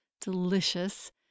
delicious